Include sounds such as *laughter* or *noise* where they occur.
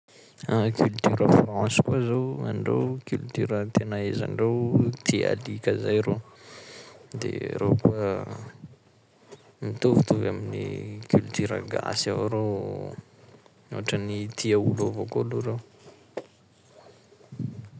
*hesitation* Culture France koa zao o, gn'andreo culture tena ahaiza andreo tia alika zay reo, de reo koa mitovitovy amin'ny culture gasy avao reo, ohatrany tia olo avao koa ndreo reo.